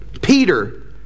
Peter